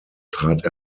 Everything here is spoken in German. trat